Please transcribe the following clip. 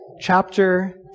chapter